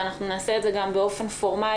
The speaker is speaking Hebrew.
אנחנו נעשה את זה גם באופן פורמלי.